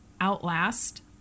Outlast